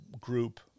group